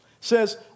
says